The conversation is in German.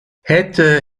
hätte